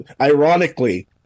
ironically